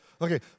Okay